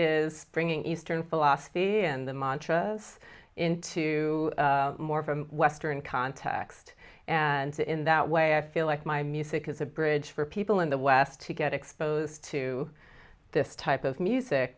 is bringing eastern philosophy and the mantra of into more from western context and that in that way i feel like my music is a bridge for people in the west to get exposed to this type of music